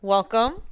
Welcome